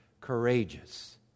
courageous